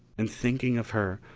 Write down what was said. and thinking of her,